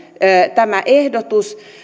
tämä ehdotus